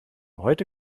heute